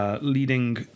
leading